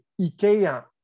IKEA